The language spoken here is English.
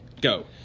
Go